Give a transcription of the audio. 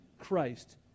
Christ